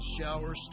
shower